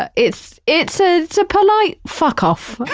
ah it's it's ah it's a polite fuck off.